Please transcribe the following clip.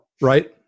Right